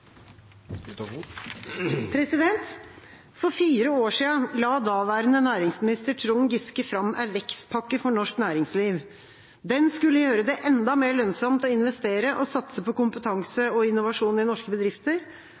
For fire år siden la daværende næringsminister Trond Giske fram en vekstpakke for norsk næringsliv. Den skulle gjøre det enda mer lønnsomt å investere og satse på kompetanse og innovasjon i norske bedrifter.